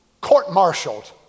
court-martialed